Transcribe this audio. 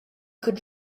could